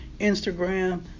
Instagram